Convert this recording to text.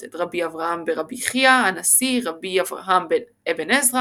את רבי אברהם ברבי חייא הנשיא רבי אברהם אבן עזרא